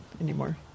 anymore